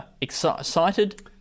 Excited